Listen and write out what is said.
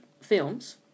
films